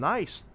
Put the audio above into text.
Nice